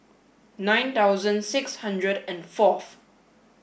nine thousand six hundred and fourth